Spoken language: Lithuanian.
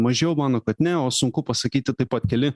mažiau mano kad ne o sunku pasakyti taip pat keli